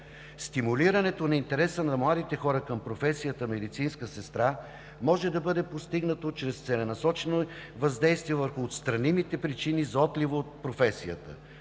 Стимулирането на интереса на младите хора към професията „медицинска сестра“ може да бъде постигнато чрез целенасочено въздействие върху отстранимите причини за отлива от професията.